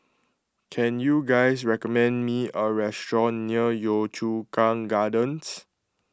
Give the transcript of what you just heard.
can you guys recommend me a restaurant near Yio Chu Kang Gardens